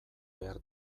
behar